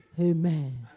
Amen